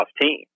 team